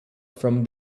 from